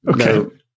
Okay